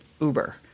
Uber